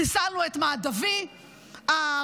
אנחנו חיסלנו את מהדווי רב-המרצחים.